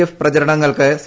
F പ്രചരണ്ങ്ങൾക്ക് C